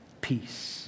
peace